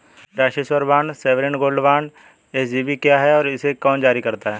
राष्ट्रिक स्वर्ण bond sovereign gold bond SGB क्या है और इसे कौन जारी करता है?